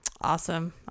awesome